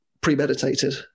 premeditated